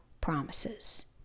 promises